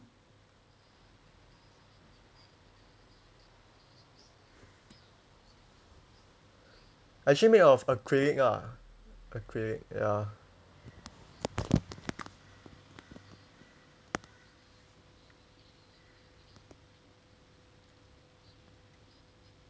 actually made out of acrylic ah acrylic ya